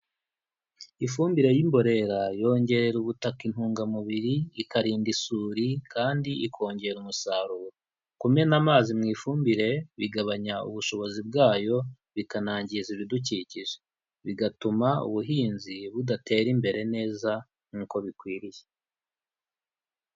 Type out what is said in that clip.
Ifumbire y'imborera yongerera ubutaka intungamubiri, ikarinda isuri kandi ikongera umusaruro. Kumena amazi mu ifumbire bigabanya ubushobozi bwayo, bikanangiza ibidukikije. Bigatuma ubuhinzi budatera imbere neza nkuko bikwiriye.